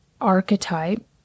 archetype